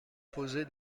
poser